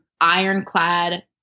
ironclad